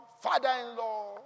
father-in-law